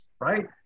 right